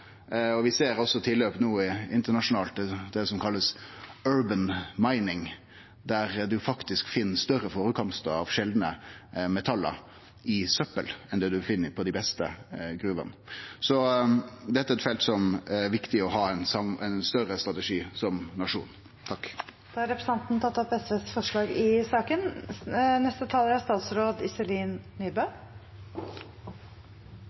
ser vi òg no tilløp til det som blir kalla «urban mining», der ein faktisk finn større førekomstar av sjeldne metall i søppel enn det ein finn i dei beste gruvene. Så dette er eit felt der det er viktig å ha ein betre strategi som nasjon. Representanten Torgeir Knag Fylkesnes har tatt opp det forslaget han refererte til. Mineralnæringen er